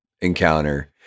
encounter